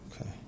Okay